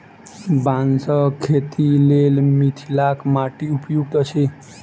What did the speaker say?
बाँसक खेतीक लेल मिथिलाक माटि उपयुक्त अछि